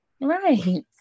Right